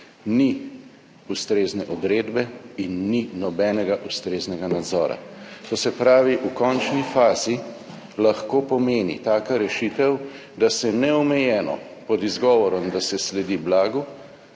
Ni ustrezne odredbe in ni nobenega ustreznega nadzora. To se pravi, v končni fazi lahko pomeni taka rešitev, da se neomejeno, pod izgovorom, da se sledi blagu,